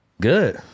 Good